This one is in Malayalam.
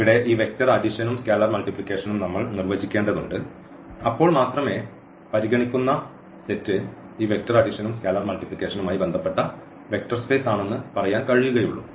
ഇവിടെ ഈ വെക്റ്റർ അഡിഷനും സ്കാലാർ മൾട്ടിപ്ലിക്കേഷനും നമ്മൾ നിർവചിക്കേണ്ടതുണ്ട് അപ്പോൾ മാത്രമേ നമ്മൾ പരിഗണിക്കുന്ന സെറ്റ് ഈ വെക്റ്റർ അഡിഷനും സ്കാലാർ മൾട്ടിപ്ലിക്കേഷനുമായി ബന്ധപ്പെട്ട വെക്റ്റർ സ്പേസ് ആണെന്ന് പറയാൻ കഴിയുകയുള്ളൂ